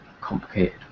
complicated